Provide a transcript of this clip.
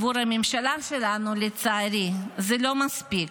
בעבור הממשלה שלנו, לצערי, זה לא מספיק.